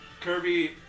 Kirby